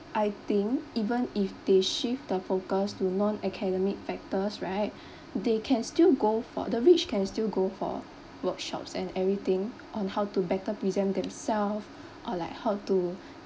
I think even if they shift the focus to non academic factors right they can still go for the rich can still go for workshops and everything on how to better present themselves or like how to